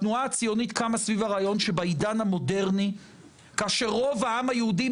התנועה הציונית קמה סביב הרעיון שבעידן המודרני כאשר רוב העם היהודי,